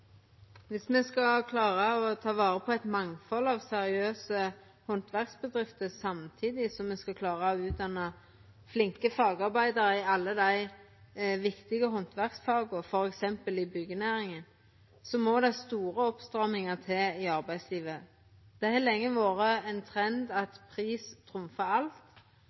Viss me skal klara å ta vare på eit mangfald av seriøse handverksbedrifter, samtidig som me skal klara å utdanna flinke fagarbeidarar i alle dei viktige handverksfaga, f.eks. i byggjenæringa, må det til store oppstrammingar i arbeidslivet. Det har lenge vore ein trend at pris trumfar alt.